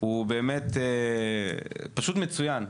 הוא באמת פשוט מצוין.